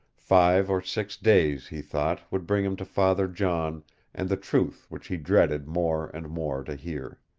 five or six days, he thought, would bring him to father john and the truth which he dreaded more and more to hear.